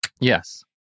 Yes